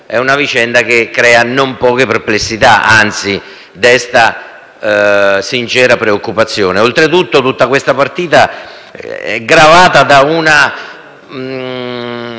è una vicenda che crea non poche perplessità, anzi desta una sincera preoccupazione. Oltretutto, tutta questa partita è gravata da una